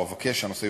או אבקש שהנושא יועבר,